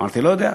אמרתי: לא יודע.